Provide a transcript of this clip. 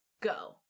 Go